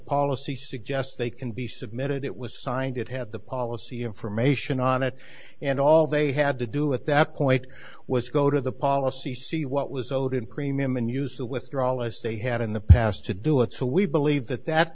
policy suggests they can be submitted it was signed it had the policy information on it and all they had to do at that point was go to the policy see what was owed in premium and use the withdrawal as they had in the past to do it so we believe that that